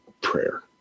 prayer